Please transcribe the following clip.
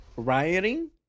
Rioting